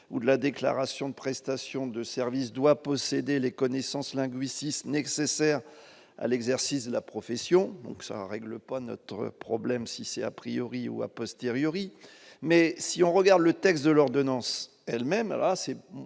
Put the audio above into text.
ou de la déclaration de prestations de services doit posséder les connaissances linguistiques nécessaires à l'exercice de la profession, donc ça règle pas notre problème si c'est a priori ou à posteriori mais si on regarde le texte de l'ordonnance elle-même,